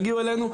תגיעו אלינו,